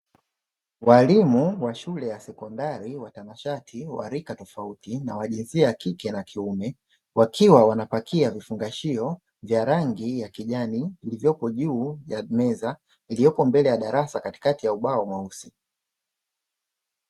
Walimu wa shule ya sekondari watanashati wa rika tofauti na wa jinsia ya kike na kiume, wakiwa wanapakia vifungashio vya rangi ya kijani vilivyopo juu ya meza iliyopo mbele ya darasa katikati ya ubao mweusi.